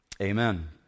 amen